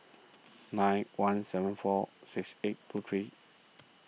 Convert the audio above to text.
nine one seven four six eight two three